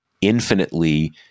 infinitely